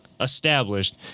established